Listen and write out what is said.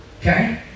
Okay